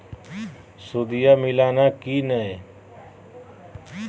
सुदिया मिलाना की नय?